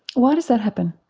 why does that happen?